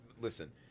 listen